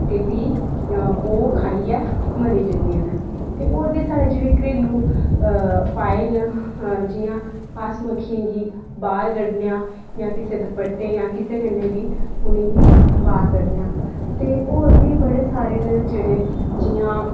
ते भी ओह् खाइयै मरी जंदियां न ते होर बी साढ़ै जेह्ड़े घरेलू उपाय न जि'यां अस मक्खियें गी बाह्र कड्ढने आं जि'यां कुसै दपट्टे जां किसै कन्नै बी उ'नें गी बाह्र कड्ढना ते होर बी बड़े सारे न जेह्ड़े जि'यां